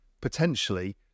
potentially